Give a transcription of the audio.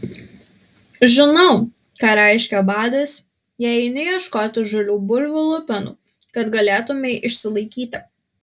žinau ką reiškia badas jei eini ieškoti žalių bulvių lupenų kad galėtumei išsilaikyti